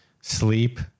Sleep